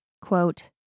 quote